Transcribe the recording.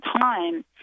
time